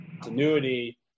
continuity